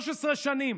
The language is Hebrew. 13 שנים,